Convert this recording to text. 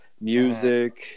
music